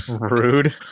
Rude